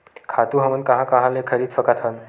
खातु हमन कहां कहा ले खरीद सकत हवन?